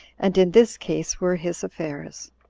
and in this case were his affairs.